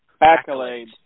Accolades